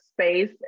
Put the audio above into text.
space